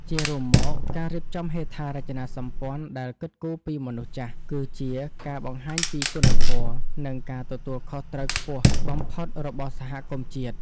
ជារួមមក ការរៀបចំហេដ្ឋារចនាសម្ព័ន្ធដែលគិតគូរពីមនុស្សចាស់ គឺជាការបង្ហាញពីគុណធម៌ និងការទទួលខុសត្រូវខ្ពស់បំផុតរបស់សហគមន៍ជាតិ។